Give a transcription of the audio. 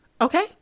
okay